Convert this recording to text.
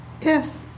Yes